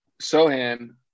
Sohan